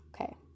Okay